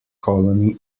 colony